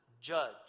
judge